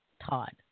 Todd